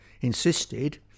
insisted